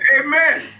Amen